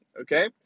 Okay